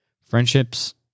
Friendships